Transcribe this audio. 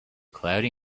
cloudy